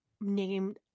named